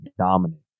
dominant